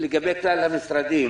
לגבי כלל המשרדים